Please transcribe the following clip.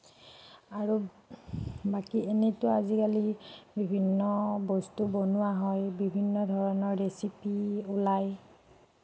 আৰু বাকী এনেইটো আজিকালি বিভিন্ন বস্তু বনোৱা হয় বিভিন্ন ধৰণৰ ৰেচিপি ওলায়